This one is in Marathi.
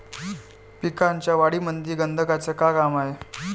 पिकाच्या वाढीमंदी गंधकाचं का काम हाये?